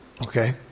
Okay